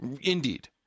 Indeed